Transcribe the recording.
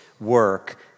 work